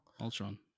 Ultron